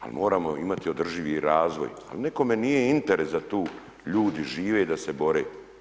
Ali moramo imati održivi razvoj, ali nekome nije interes da tu ljudi žive i da se bore.